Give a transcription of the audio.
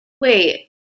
Wait